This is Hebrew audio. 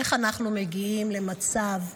איך אנחנו מגיעים למצב שאנחנו,